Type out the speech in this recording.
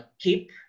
keep